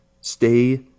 Stay